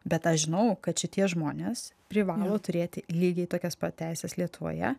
bet aš žinau kad šitie žmonės privalo turėti lygiai tokias pat teises lietuvoje